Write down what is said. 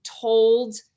told